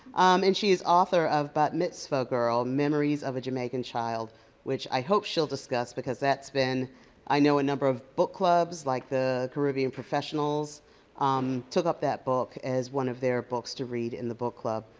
um and she's author of bat mitzvah girl, memories of a jamaican child which i hope she'll discuss because that's been i know a number of book clubs like the caribbean professionals um took up that book as one of their books to read in the book club.